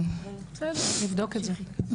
בסדר, נבדוק את זה.